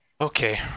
Okay